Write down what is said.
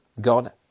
God